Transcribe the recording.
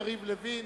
יריב לוין.